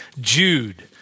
Jude